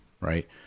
right